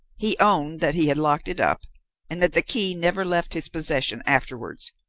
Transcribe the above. he owned that he had locked it up and that the key never left his possession afterwards,